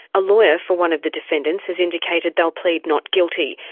a lawyer for one of the defendants has indicated they'll plead not guilty,